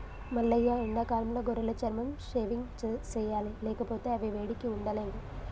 మల్లయ్య ఎండాకాలంలో గొర్రెల చర్మం షేవింగ్ సెయ్యాలి లేకపోతే అవి వేడికి ఉండలేవు